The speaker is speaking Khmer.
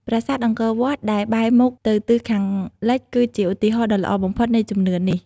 ប្រាសាទអង្គរវត្តដែលបែរមុខទៅទិសខាងលិចគឺជាឧទាហរណ៍ដ៏ល្អបំផុតនៃជំនឿនេះ។